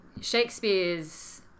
Shakespeare's